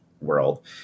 World